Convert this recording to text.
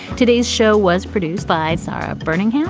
today's show was produced by sara berninger.